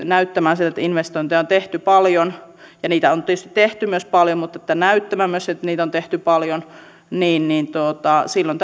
näyttämään siltä että niitä investointeja on tehty paljon ja niitä on tietysti tehty myös paljon mutta että näyttämään myös että niitä on tehty paljon niin niin silloin